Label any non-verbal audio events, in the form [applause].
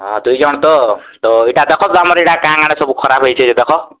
ହଁ ଦୁଇ ଜଣ ତ ତ ଏଇଟା ଦେଖନ୍ତୁ ଆମର ଏଇଟା କାଣା [unintelligible] ସବୁ ଖରାପ ହେଇଛି ଦେଖ